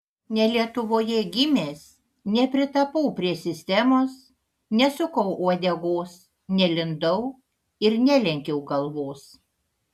ne lietuvoje gimęs nepritapau prie sistemos nesukau uodegos nelindau ir nelenkiau galvos